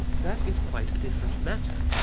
that is quite a different matter.